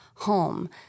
home